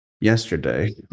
yesterday